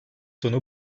tonu